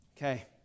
Okay